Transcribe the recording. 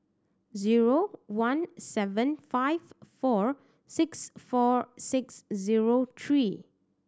zero one seven five four six four six zero three